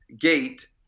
gate